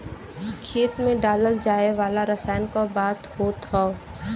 खेत मे डालल जाए वाला रसायन क बात होत हौ